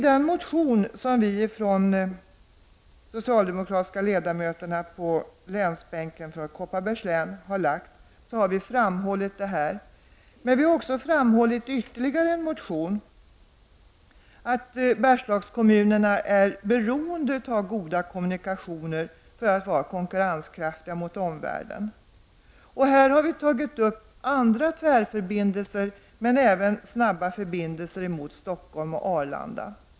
I den motion som vi socialdemokratiska ledamöter på länsbänken för Kopparbergs län har väckt har vi framhållit detta. Men vi har också i ytterligare en motion framhållit att Bergslagskommunerna för att vara konkurrenskraftiga gentemot omvärlden är beroende av goda kommunikationer. Här har vi tagit upp andra tvärförbindelser men också snabba förbindelser till Stockholm och Arlanda.